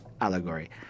allegory